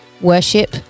worship